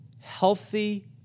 healthy